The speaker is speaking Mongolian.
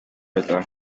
байлаа